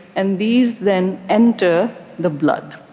and these, then, enter the blood.